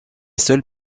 seule